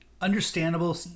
understandable